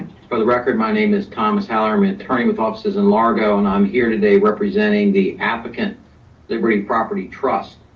for the record, my name is thomas holler and i'm attorney with offices in largo, and i'm here today representing the applicant liberty property trust.